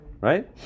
Right